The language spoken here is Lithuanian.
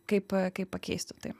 kaip kaip pakeistų tai